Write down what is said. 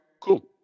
cool